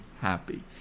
happy